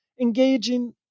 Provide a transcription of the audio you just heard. engaging